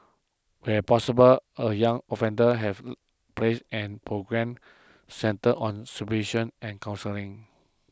where possible a young offenders have placed an programmes centred on supervision and counselling